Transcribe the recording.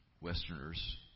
Westerners